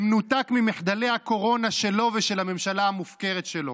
במנותק ממחדלי הקורונה שלו ושל הממשלה המופקרת שלו.